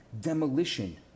Demolition